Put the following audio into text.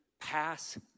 Pass